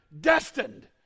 destined